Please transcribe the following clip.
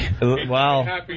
Wow